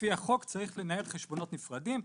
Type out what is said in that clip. לפי החוק צריך לנהל חשבונות נפרדים.